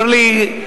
אומר לי,